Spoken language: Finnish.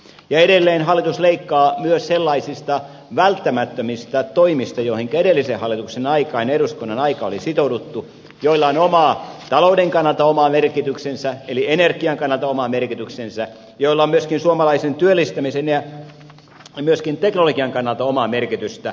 ja edelleen hallitus leikkaa myös sellaisista välttämättömistä toimista joihinka edellisen hallituksen ja eduskunnan aikaan oli sitouduttu joilla on talouden kannalta oma merkityksensä eli energian kannalta oma merkityksensä joilla on myöskin suomalaisen työllistämisen ja myöskin teknologian kannalta omaa merkitystä